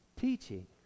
teaching